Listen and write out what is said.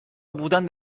بودن